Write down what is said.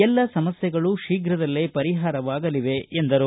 ಎಲ್ಲಾ ಸಮಸ್ಥೆಗಳು ಶೀಘದಲ್ಲೇ ಪರಿಹಾರವಾಗಲಿವೆ ಎಂದರು